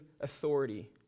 authority